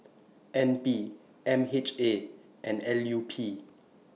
N P M H A and L U P